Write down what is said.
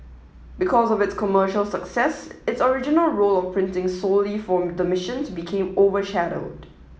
because of its commercial success its original role of printing solely for the missions became overshadowed